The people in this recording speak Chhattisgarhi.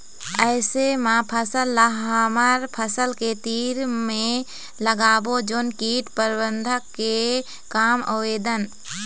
ऐसे का फसल ला हमर फसल के तीर मे लगाबो जोन कीट प्रबंधन के काम आवेदन?